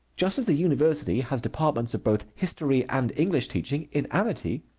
just as the university has departments of both history and english teaching in amity,